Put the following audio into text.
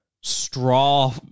straw